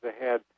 ahead